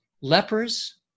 lepers